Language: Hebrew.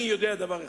אני יודע דבר אחד,